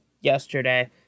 yesterday